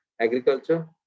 agriculture